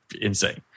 insane